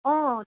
অঁ